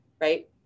right